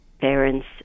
parents